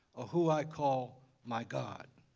or who i call my god.